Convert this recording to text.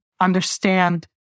understand